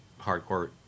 hardcore